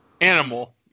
animal